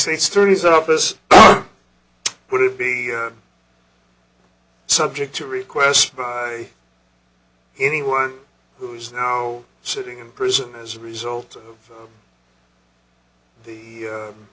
state's thirty's office would it be subject to request by anyone who is now sitting in prison as a result of the